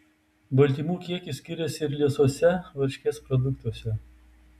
baltymų kiekis skiriasi ir liesuose varškės produktuose